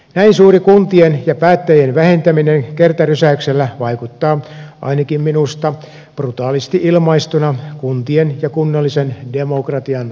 näin suuri kuntien ja päättäjien vähentäminen kertarysäyksellä vaikuttaa ainakin minusta brutaalisti ilmaistuna kuntien ja kunnallisen demokratian lahtaukselta